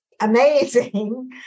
amazing